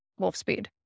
Wolfspeed